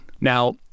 Now